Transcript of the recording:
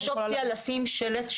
יש אופציה לשים שלט,